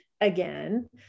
again